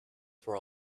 for